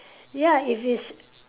ya if it's